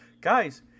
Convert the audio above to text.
Guys